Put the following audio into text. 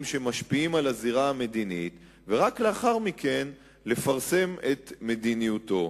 שמשפיעים על הזירה המדינית ורק לאחר מכן לפרסם את מדיניותו.